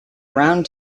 round